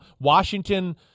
Washington –